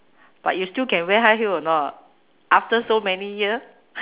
but you still can wear high heel or not after so many year